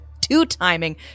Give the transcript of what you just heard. two-timing